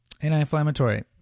Anti-inflammatory